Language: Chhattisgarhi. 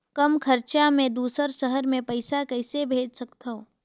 कम खरचा मे दुसर शहर मे पईसा कइसे भेज सकथव?